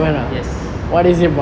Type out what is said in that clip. yes